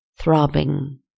throbbing